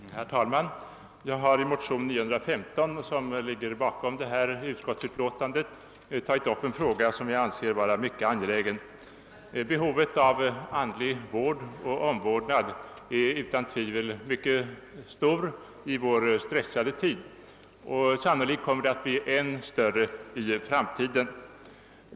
Herr talman! Jag har i motion 915, som ligger bakom detta utskottsutlåtande, tagit upp en fråga som jag anser vara mycket angelägen. Behovet av andlig vård och omvårdnad är utan tvivel mycket stort i vår stressade tid, och sannolikt kommer det att bli än större i framtiden.